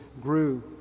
grew